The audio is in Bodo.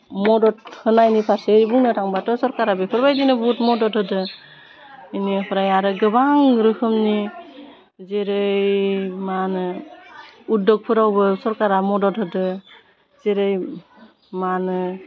मदद होनायनि फारसे बुंनो थांबाथ' सरकारा बेफोरबायदिनो बुहुत मदद होदो एनिफ्राय आरो गोबां रोखोमनि जेरै मा होनो उद्दगफोरावबो सरकारा मदद होदो जेरै मा होनो